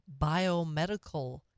biomedical